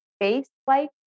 face-like